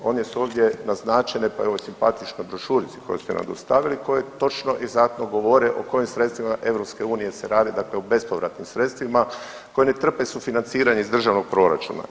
One su ovdje naznačene, pa evo i u simpatičnoj brošurici koju ste nam dostavili koje točno egzaktno govore o kojim sredstvima EU se radi, dakle o bespovratnim sredstvima koje ne trpe sufinanciranje iz državnog proračuna.